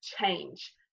change